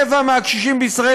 רבע מהקשישים בישראל,